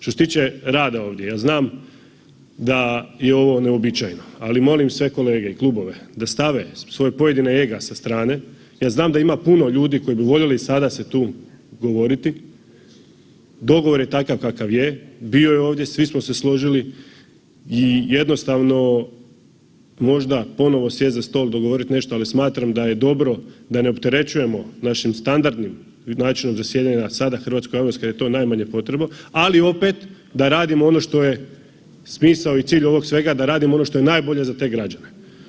Što se tiče rada ovdje ja znam da je ovo neuobičajeno, ali molim sve kolege, klubove, da stave svoje pojedine ega sa strane, ja znam da ima puno ljudi koji bi voljeli sada se tu govoriti, dogovor je takav kakav je, bio je ovdje svi smo se složili i jednostavno možda ponovo sjest za stol, dogovorit nešto, ali smatram da je dobro da ne opterećujemo našim standardnim načinom zasjedanja sada hrvatsku javnost kada je to najmanje potrebno, ali opet da radimo ono što je smisao i cilj ovog svega da radimo ono što je najbolje za te građane.